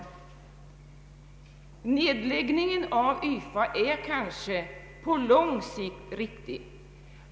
Nedläggningen av YFA är kanske — och jag vill poängtera kanske — på lång sikt riktig.